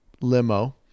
limo